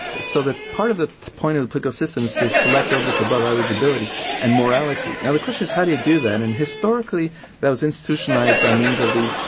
so that part of the point of the political system is to select those with above-average ability and morality. now the question is how do you do that, and historically it was institutionalised by means of the,